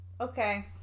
Okay